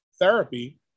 therapy